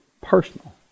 personal